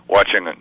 Watching